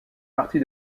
partie